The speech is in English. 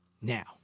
Now